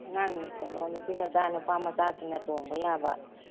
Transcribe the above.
ꯑꯉꯥꯡ ꯀꯩꯅꯣ ꯅꯨꯄꯤ ꯃꯆꯥ ꯅꯨꯄꯥ ꯃꯆꯥꯁꯤꯡꯅ ꯇꯣꯡꯕ ꯌꯥꯕ